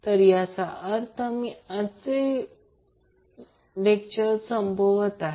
तर याच बरोबर मी आजचे सत्र बंद करत आहे